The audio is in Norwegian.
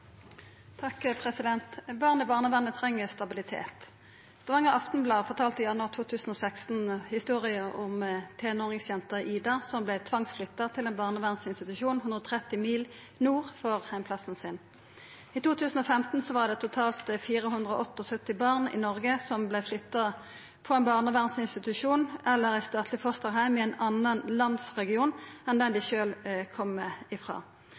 Barnevernet treng stabilitet. Stavanger Aftenblad fortalde i januar 2016 historia om tenåringsjenta «Ida» som vart tvangsflytta til ein barnevernsinstitusjon 130 mil nord for heimplassen sin. I 2015 var det totalt 478 barn i Noreg som vart flytta til ein barnevernsinstitusjon eller ein statleg fosterheim i ein annan landsregion enn den dei